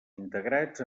integrats